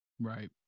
Right